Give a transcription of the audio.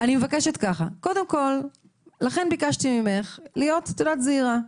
לכן ביקשתי ממך להיות זהירה.